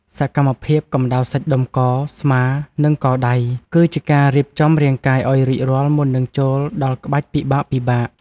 សកម្មភាពកម្តៅសាច់ដុំក ស្មា និងកដៃ គឺជាការរៀបចំរាងកាយឱ្យរួចរាល់មុននឹងចូលដល់ក្បាច់ពិបាកៗ។